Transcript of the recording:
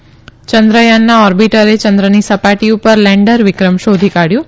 યંદ્રયાનના ઓર્બીટરે ચંદ્રની સપાટી પર લેન્ડર વિક્રમ શોધી કાઢયું